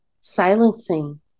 silencing